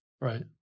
right